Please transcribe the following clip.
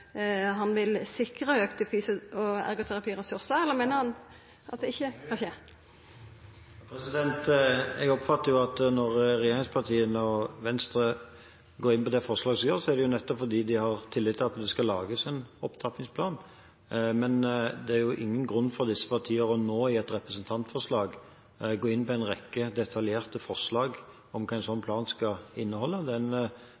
han vil sikra auka fysioterapi- og ergoterapiressursar, eller meiner han at det ikkje skal skje? Jeg oppfatter at når regjeringspartiene og Venstre går inn for det forslaget som de gjør, er det nettopp fordi de har tillit til at det skal lages en opptrappingsplan. Men det er ingen grunn for disse partiene nå, på bakgrunn av et representantforslag, å gå inn for en rekke detaljerte forslag om hva en sånn